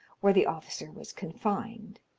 where the officer was confined.